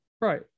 Right